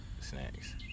snacks